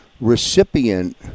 recipient